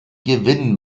gewinn